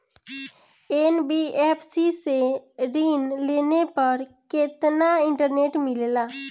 NBFC से ऋण लेने पर केतना इंटरेस्ट मिलेला?